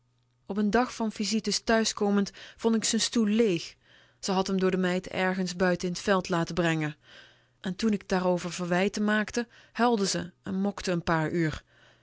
op n dag van visites thuiskomend vond ik z'n stoel leeg ze had m door de meid ergens buiten in t veld laten brengen en toen k daarover verwijten maakte huilde ze en mokte n paar uur